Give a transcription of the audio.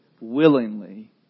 willingly